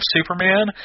Superman